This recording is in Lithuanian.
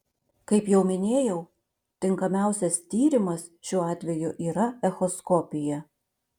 kaip jau minėjau tinkamiausias tyrimas šiuo atveju yra echoskopija